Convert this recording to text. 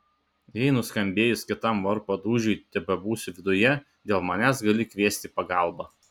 jei nuskambėjus kitam varpo dūžiui tebebūsiu viduje dėl manęs gali kviesti pagalbą